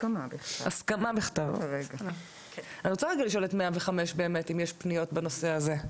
אני רוצה לשאול את 105 אם יש פניות בנושא הזה?